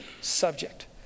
subject